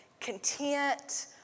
content